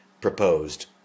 proposed